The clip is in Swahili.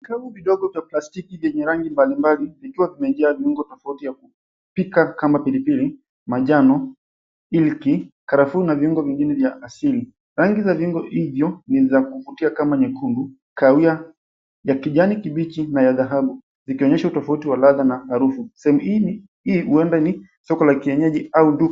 Vikapu vidogo vya plastiki vyenye rangi mbalimbali ambayo vikiwa vimeingia viungo vya kupika kama pilipili, manjano, iliki, karafuu na viungo vingine vya asili. Rangi za viungo hivyo ni za kuvutia kama nyekundu, kahawia ya kijani kibichi na ya dhahabu, vikionyesha utofauti wa ladha na harufu sehemu hii huenda ni soko la kienyeji au duka.